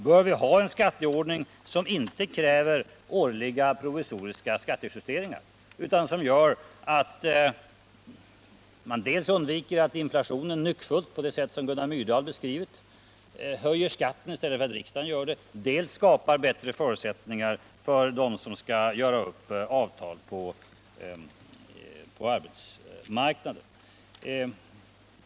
Bör vi ha en skattepolitik som inte kräver årliga provisoriska skattejusteringar, utan som dels gör att vi undviker att inflationen nyckfullt — på det sätt som Gunnar Myrdal beskrivit — höjer skatten i stället för att riksdagen gör det, dels skapar bättre förutsättningar för dem som skall göra upp avtal på arbetsmarknaden?